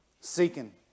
seeking